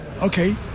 okay